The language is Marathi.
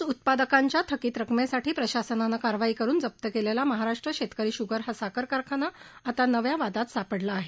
ऊस उत्पादकांच्या थकीत रक्कमेसाठी प्रशासनानं कारवाई करुन जप्त केलेला महाराष्ट्र शेतकरी शुगर हा साखर कारखाना आता नव्या वादात सापडला आहे